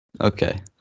Okay